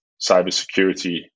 cybersecurity